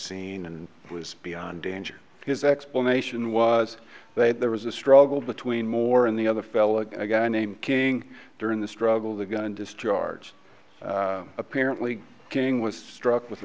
scene and was beyond danger his explanation was that there was a struggle between more and the other fella a guy named king during the struggle of the gun discharged apparently king was struck with